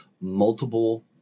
multiple